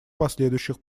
последующих